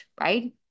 right